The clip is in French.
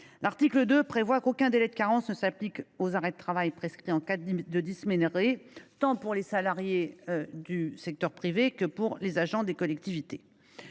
L’article 2 prévoit qu’aucun délai de carence ne s’applique aux arrêts de travail prescrits en cas de dysménorrhée, tant pour les salariées du secteur privé que pour les agentes des collectivités